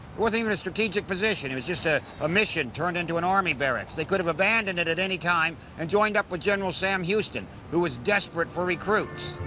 even a strategic position, it was just ah a mission turned into an army barracks. they could have abandoned it at any time and joined up with general sam houston, who was desperate for recruits.